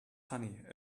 sunny